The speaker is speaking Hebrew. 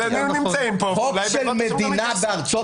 הם נמצאים פה --- חוק של מדינה בארצות